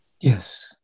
yes